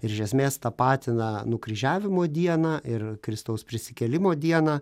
ir iš esmės tapatina nukryžiavimo dieną ir kristaus prisikėlimo dieną